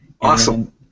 Awesome